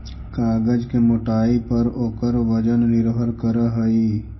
कागज के मोटाई पर ओकर वजन निर्भर करऽ हई